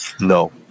No